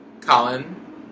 Colin